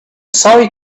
sorry